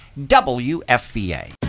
WFVA